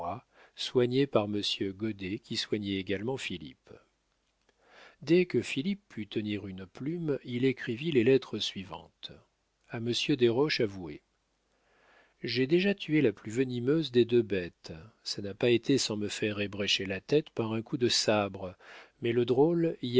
soignée par monsieur goddet qui soignait également philippe dès que philippe put tenir une plume il écrivit les lettres suivantes a monsieur desroches avoué j'ai déjà tué la plus venimeuse des deux bêtes ça n'a pas été sans me faire ébrécher la tête par un coup de sabre mais le drôle